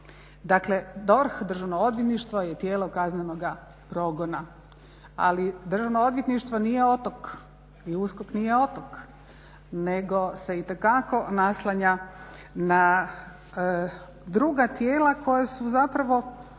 Dakle, DORH, Državno odvjetništvo je tijelo kaznenoga progona. Ali Državno odvjetništvo nije otok i USKOK nije otok nego se itekako naslanja na druga tijela koja su zapravo